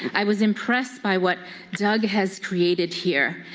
i was impressed by what doug has created here.